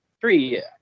Three